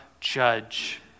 judge